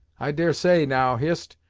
i dare say, now, hist,